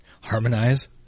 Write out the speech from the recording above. harmonize